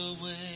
away